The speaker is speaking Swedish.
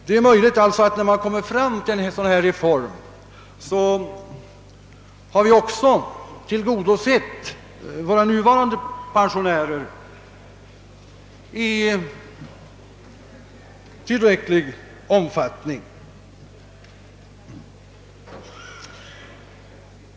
Det är därför möjligt att vi, när vi kommer fram till en sådan här reform, då också tillgodosett de nuvarande pensionärerna, så att de kan vara fullt tillfredsställda.